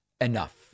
enough